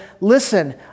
listen